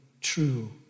true